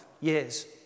years